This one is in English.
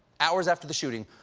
hours after the shooting,